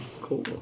cool